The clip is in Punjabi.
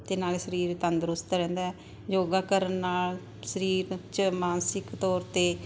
ਅਤੇ ਨਾਲ ਸਰੀਰ ਤੰਦਰੁਸਤ ਰਹਿੰਦਾ ਹੈ ਯੋਗਾ ਕਰਨ ਨਾਲ ਸਰੀਰ 'ਚ ਮਾਨਸਿਕ ਤੌਰ 'ਤੇ